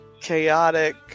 chaotic